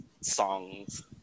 songs